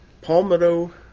Palmetto